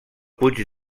puig